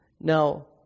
Now